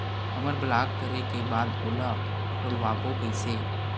हमर ब्लॉक करे के बाद ओला खोलवाबो कइसे?